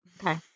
okay